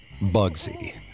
Bugsy